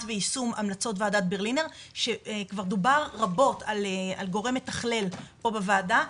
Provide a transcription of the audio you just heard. ויישום המלצות וועדת ברלינר שכבר דובר רבות על גורם מתחלל פה בוועדה.